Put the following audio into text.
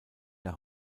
der